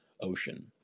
Ocean